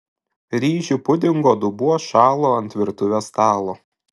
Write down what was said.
ryžių pudingo dubuo šalo ant virtuvės stalo